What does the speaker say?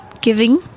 giving